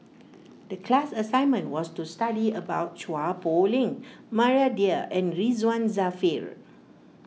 the class assignment was to study about Chua Poh Leng Maria Dyer and Ridzwan Dzafir